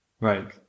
Right